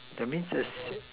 that means there's